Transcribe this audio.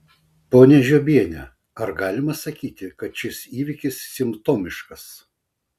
ponia žiobiene ar galima sakyti kad šis įvykis simptomiškas